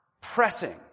Pressing